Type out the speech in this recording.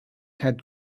had